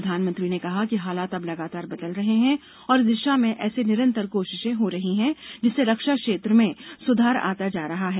प्रधानमंत्री ने कहा कि हालात अब लगातार बदल रहे हैं और इस दिशा में ऐसे निरन्तर कोषिशें हो रही हैं जिससे रक्षा क्षेत्र में सुधार आता जा रहा है